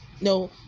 no